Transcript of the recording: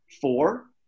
Four